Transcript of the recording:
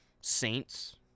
saints